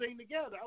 together